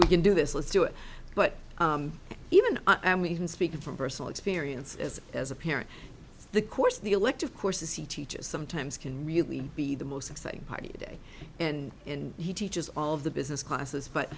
let's do this let's do it but even and we can speak from personal experience as as a parent the course the elective courses he teaches sometimes can really be the most exciting part of the day and and he teaches all of the business classes but